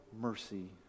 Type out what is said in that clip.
mercy